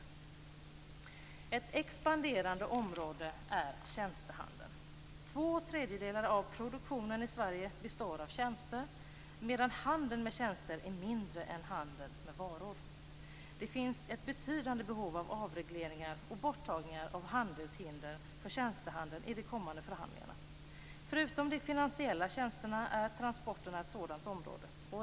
Ett expanderande område är tjänstehandeln. Två tredjedelar av produktionen i Sverige består av tjänster, medan handeln med tjänster är mindre än handeln med varor. Det finns ett betydande behov av avregleringar och borttagande av handelshinder för tjänstehandeln i de kommande förhandlingarna. Förutom de finansiella tjänsterna är transportsektorn ett sådant område.